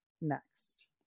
next